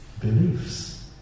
beliefs